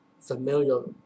familiar